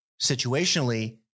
situationally